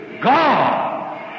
God